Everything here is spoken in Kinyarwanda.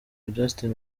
justin